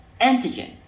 antigen